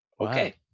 Okay